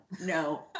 no